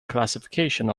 classification